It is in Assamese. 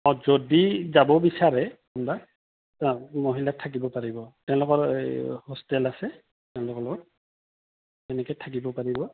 যদি যাব বিচাৰে কোনোবা অঁ মহিলা তাত থাকিব পাৰিব তেওঁলোকৰ এই হোষ্টেল আছে তেওঁলোকৰ লগত তেনেকৈ থাকিব পাৰিব